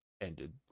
ended